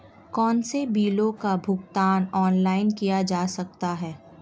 कौनसे बिलों का भुगतान ऑनलाइन किया जा सकता है?